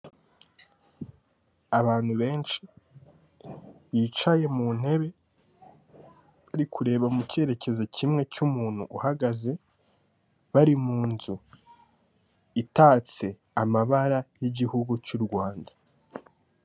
Abantu benshi bicaye mu ntebe iri kureba mu cyerekezo kimwe cy'umuntu uhagaze bari mu nzu itatse amabara y'igihugu cy'u rwanda.